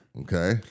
Okay